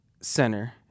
center